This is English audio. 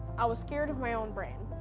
i was scared of my own brain.